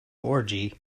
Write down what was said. orgy